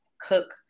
cook